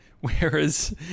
Whereas